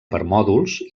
permòdols